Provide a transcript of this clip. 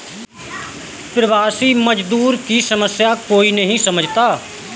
प्रवासी मजदूर की समस्या कोई नहीं समझता